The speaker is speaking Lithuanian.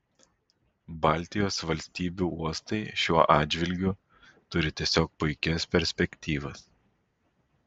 baltijos valstybių uostai šiuo atžvilgiu turi tiesiog puikias perspektyvas